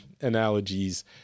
analogies